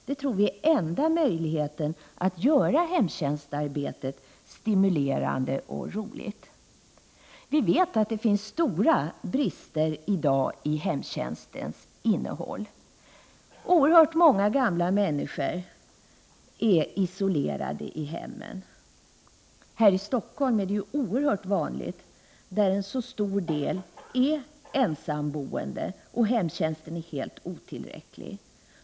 Det tror vi är enda möjligheten att göra hemtjänstarbetet stimulerande och roligt. Vi vet att det finns stora brister i dag i hemtjänstens innehåll. Oerhört många gamla människor är isolerade i hemmen. Här i Stockholm är det kolossalt vanligt, eftersom en så stor del av befolkningen är ensamboende och hemtjänsten helt otillräcklig.